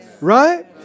right